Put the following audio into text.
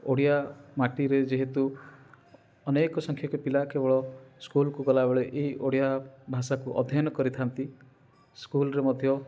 ଓଡ଼ିଶା ମାଟିରେ ଯେହେତୁ ଅନେକ ସଂଖ୍ୟକ ପିଲା କେବଳ ସ୍କୁଲକୁ ଗଲାବେଳେ ଏହି ଓଡ଼ିଆ ଭାଷାକୁ ଅଧ୍ୟୟନ କରିଥାନ୍ତି ସ୍କୁଲରେ ମଧ୍ୟ